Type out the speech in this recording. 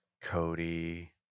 Cody